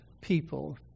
people